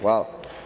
Hvala.